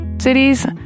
cities